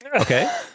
okay